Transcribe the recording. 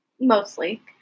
mostly